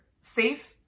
safe